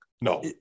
no